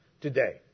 Today